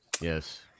yes